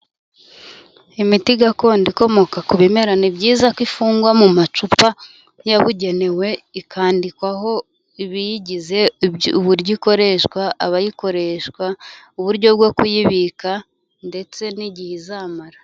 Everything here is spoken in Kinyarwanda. Imiti gakondo ikomoka ku bimera ni byiza ko ifungwa mu macupa yabugenewe, ikandikwaho ibiyigize uburyo ikoreshwa, abayikoreshwa, uburyo bwo kuyibika ndetse n'igihe izamara.